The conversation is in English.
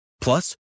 Plus